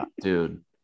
dude